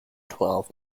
twelve